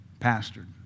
pastored